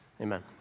Amen